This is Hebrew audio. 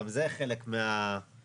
גם זה חלק מהדברים,